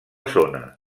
zona